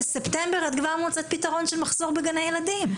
לספטמבר כבר תמצאו פתרון למחסור בגני ילדים.